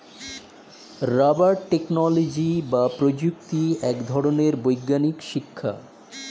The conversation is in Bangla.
রাবার টেকনোলজি বা প্রযুক্তি এক ধরনের বৈজ্ঞানিক শিক্ষা